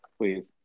Please